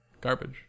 garbage